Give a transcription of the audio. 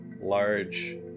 large